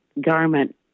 garment